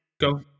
go